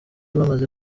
bamaze